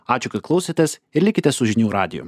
ačiū kad klausėtės ir likite su žinių radiju